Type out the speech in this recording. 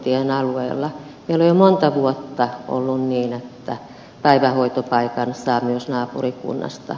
meillä on jo monta vuotta ollut niin että päivähoitopaikan saa myös naapurikunnasta